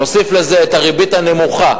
נוסיף לזה את הריבית הנמוכה,